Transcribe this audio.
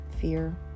fear